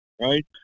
right